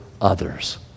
others